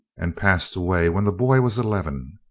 and passed away when the boy was eleven.